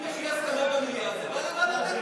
אם יש אי-הסכמה במליאה, זה עובר לוועדת הכנסת.